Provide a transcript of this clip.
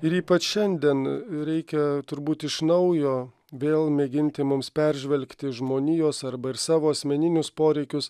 ypač šiandien reikia turbūt iš naujo vėl mėginti mums peržvelgti žmonijos arba ir savo asmeninius poreikius